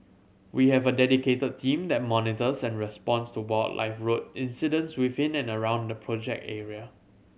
we have a dedicated team that monitors and responds to wildlife road incidents within and around the project area